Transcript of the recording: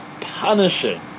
punishing